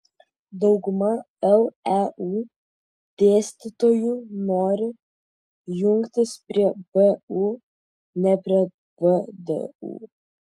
dauguma leu dėstytojų nori jungtis prie vu ne prie vdu